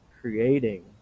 creating